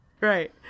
Right